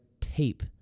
tape